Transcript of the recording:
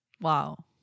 Wow